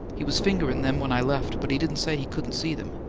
he was fingerin' them when i left, but he didn't say he couldn't see them.